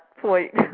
point